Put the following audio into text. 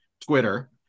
twitter